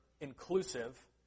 inclusive